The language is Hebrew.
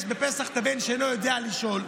יש בפסח את הבן שאינו יודע לשאול.